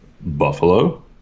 Buffalo